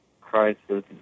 crisis